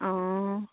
অঁ